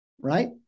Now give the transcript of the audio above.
Right